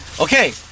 Okay